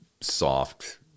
soft